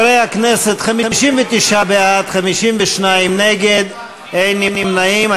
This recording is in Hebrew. חברי הכנסת, 59 בעד, 52 נגד, אין נמנעים.